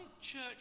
church